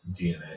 DNA